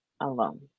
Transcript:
alone